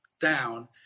down